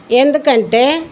ఎందుకంటే